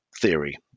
theory